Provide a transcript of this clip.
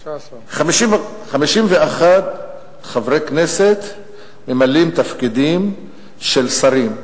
13. 51 חברי כנסת ממלאים תפקידים של שרים,